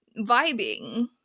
vibing